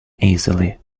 easily